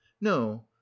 no